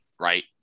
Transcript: right